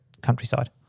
countryside